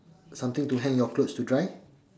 something to hang your clothes to dry